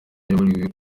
yaburiwe